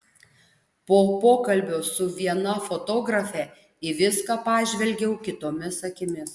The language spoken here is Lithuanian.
po pokalbio su viena fotografe į viską pažvelgiau kitomis akimis